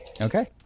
Okay